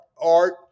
art